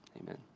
amen